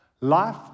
Life